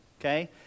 Okay